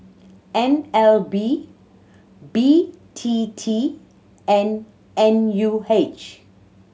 N L B B T T and N U H